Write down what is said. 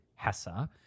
Hessa